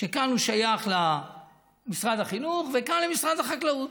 כאן הוא שייך למשרד החינוך וכאן, למשרד החקלאות.